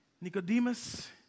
Nicodemus